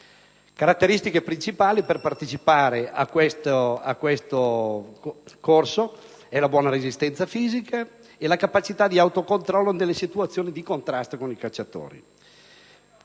Caratteristiche principali per partecipare a tale corso sono la buona resistenza fisica e la capacità di autocontrollo nelle situazioni di contrasto con i cacciatori.